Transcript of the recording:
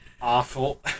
awful